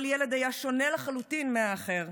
כל ילד היה שונה לחלוטין מהאחר,